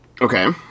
Okay